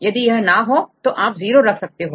यदि यह ना हो तो आप 0 रख सकते हो